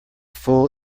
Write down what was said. full